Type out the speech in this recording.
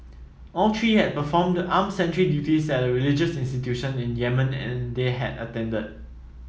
all three had performed armed sentry duties at a religious institution in Yemen and they had attended